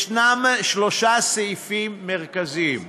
ישנם שלושה סעיפים מרכזיים.